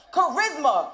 Charisma